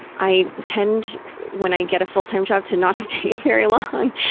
i tend when i get a full-time job to not stay very long,